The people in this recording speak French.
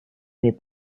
mes